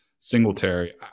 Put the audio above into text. Singletary